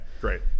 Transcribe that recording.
Great